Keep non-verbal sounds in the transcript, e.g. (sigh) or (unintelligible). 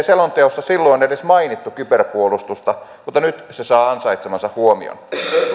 (unintelligible) selonteossa silloin edes mainittu kyberpuolustusta mutta nyt se saa ansaitsemansa huomion